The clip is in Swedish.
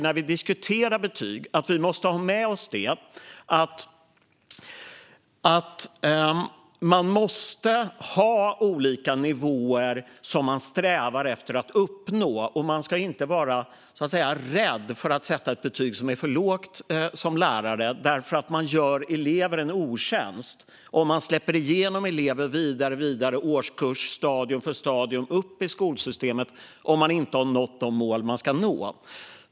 När vi diskuterar betyg bör vi ha med oss att det måste finnas olika nivåer att sträva efter att uppnå. En lärare ska inte vara rädd för att sätta ett lågt betyg, därför att läraren gör eleven en otjänst om denne släpps igenom vidare genom årskurserna, stadium för stadium, upp i skolsystemet om eleven inte har nått de mål som ska nås.